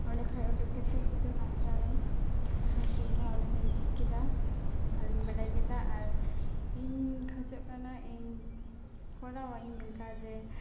ᱚᱸᱰᱮ ᱠᱷᱚᱡ ᱚᱰᱳᱠ ᱠᱟᱛᱮ ᱤᱛᱩᱱ ᱟᱥᱲᱟᱨᱮᱧ ᱵᱷᱩᱨᱛᱤᱭᱮᱱᱟ ᱚᱸᱰᱮ ᱠᱷᱚᱱᱤᱧ ᱪᱮᱫ ᱠᱮᱫᱟ ᱟᱨᱤᱧ ᱵᱟᱰᱟᱭ ᱠᱮᱫᱟ ᱟᱨ ᱤᱧ ᱠᱷᱚᱡᱚᱜ ᱠᱟᱱᱟ ᱤᱧ ᱠᱚᱨᱟᱣᱟ ᱤᱧ ᱚᱱᱠᱟ ᱡᱮ